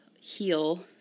heal